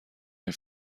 این